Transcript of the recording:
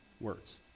words